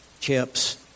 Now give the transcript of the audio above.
chips